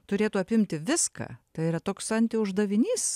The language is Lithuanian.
turėtų apimti viską tai yra toks antiuždavinys